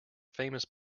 famous